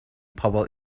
pobl